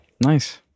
nice